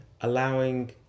allowing